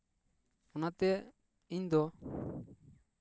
ᱚᱱᱟᱛᱮ ᱤᱧ ᱫᱚ